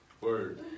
Word